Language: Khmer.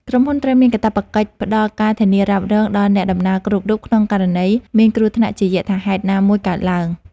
ក្រុមហ៊ុនត្រូវមានកាតព្វកិច្ចផ្ដល់ការធានារ៉ាប់រងដល់អ្នកដំណើរគ្រប់រូបក្នុងករណីមានគ្រោះថ្នាក់ជាយថាហេតុណាមួយកើតឡើង។